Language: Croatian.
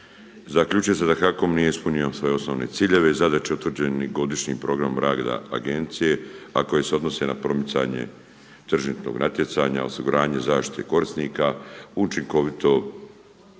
zaključio sam da HAKOM nije ispunio svoje osnovne ciljeve i zadaće utvrđene godišnjim programom rada Agencije a koje se odnose na promicanje tržišnog natjecanja, osiguranje, zaštitu i korisnika, učinkovito